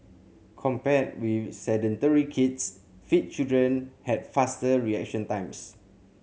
compared with sedentary kids fit children had faster reaction times